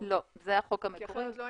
זה החוק המקורי.